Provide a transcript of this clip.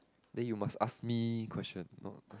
then you must ask me question